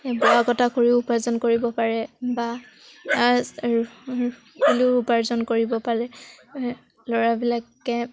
সেই বোৱা কটা কৰিও উপাৰ্জন কৰিব পাৰে বা বুলিও উপাৰ্জন কৰিব পাৰে ল'ৰাবিলাকে